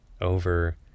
over